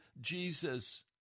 Jesus